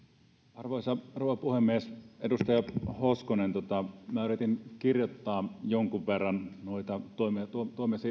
arvoisa rouva puhemies edustaja hoskonen minä yritin kirjoittaa jonkun verran noita tuomianne